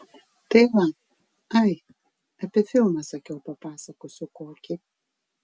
tai va ai apie filmą sakiau papasakosiu kokį